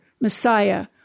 Messiah